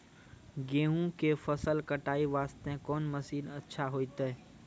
गेहूँ के फसल कटाई वास्ते कोंन मसीन अच्छा होइतै?